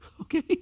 okay